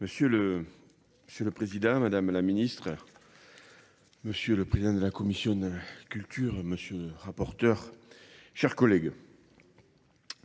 Monsieur le Président, excusez-moi. Madame la Ministre, Monsieur le Président de la Commission de la Culture, Monsieur le rapporteur, Mes chers collègues,